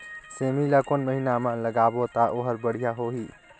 सेमी ला कोन महीना मा लगाबो ता ओहार बढ़िया होही?